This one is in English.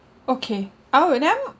okay oh I never